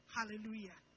Hallelujah